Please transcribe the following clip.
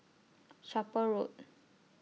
Chapel Road